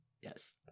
yes